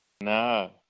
No